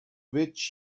which